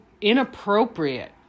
inappropriate